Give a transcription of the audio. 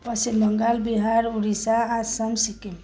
Paschim Bangal Bihar Odisha Assam Sikkim